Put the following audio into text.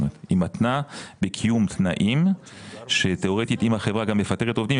היא מתנה קיום תנאים שתיאורטית אם החברה גם מפטרת עובדים,